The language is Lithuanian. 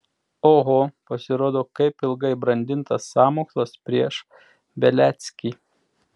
oho pasirodo kaip ilgai brandintas sąmokslas prieš beliackį